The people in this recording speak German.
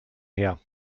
her